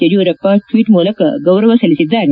Yediyurappa tweet ಮೂಲಕ ಗೌರವ ಸಲ್ಲಿಸಿದ್ದಾರೆ